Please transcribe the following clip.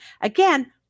Again